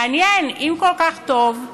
מעניין, אם כל כך טוב,